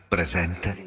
Presente